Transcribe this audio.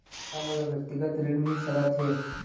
का मोला व्यक्तिगत ऋण मिल सकत हे?